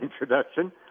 introduction